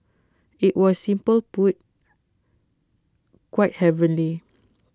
IT was simple put quite heavenly